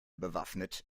bewaffnet